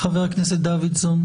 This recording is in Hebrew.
חבר הכנסת דוידסון?